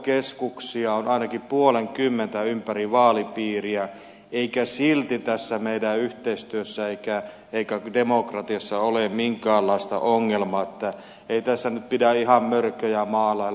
aluekeskuksia on ainakin puolenkymmentä ympäri vaalipiiriä eikä silti tässä meidän yhteistyössä eikä demokratiassa ole minkäänlaista ongelmaa niin että ei tässä nyt pidä ihan mörköjä maalailla